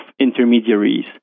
intermediaries